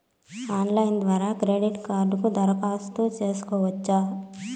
Online ద్వారా credit కార్డుకు దరఖాస్తు సేసుకోవచ్చా?